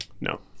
no